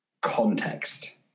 context